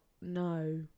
no